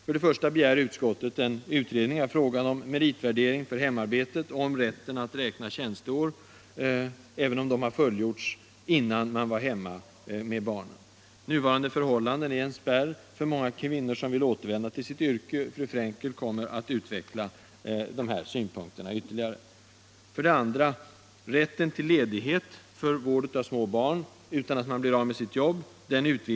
För det första begär utskottet en utredning av frågan om meritvärdering för hemarbete och om rätten att räkna tjänsteår, även om de har fullgjorts innan man var hemma med barnen. Nuvarande förhållanden är en spärr för många kvinnor som vill återvända till sitt yrke. Fru Frenkel kommer att utveckla dessa synpunkter ytterligare. För det andra utvidgas rätten för statligt anställd att vara ledig för att ta vård om små barn utan att bli av med sitt jobb.